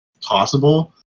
possible